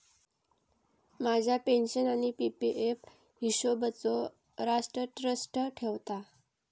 माझ्या पेन्शन आणि P P F हिशोबचो राष्ट्र ट्रस्ट ठेवता